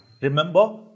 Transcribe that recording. Remember